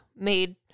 made